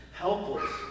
Helpless